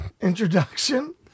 introduction